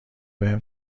بهم